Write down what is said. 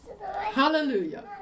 Hallelujah